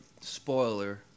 spoiler